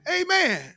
amen